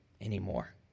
anymore